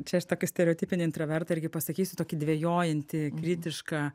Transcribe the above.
čia aš tokį stereotipinį intravertą irgi pasakysiu tokį dvejojantį kritišką